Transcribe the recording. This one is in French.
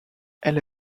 elle